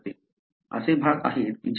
असे भाग आहेत जे तीन संख्येचे आहेत